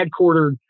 headquartered